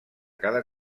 cada